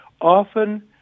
often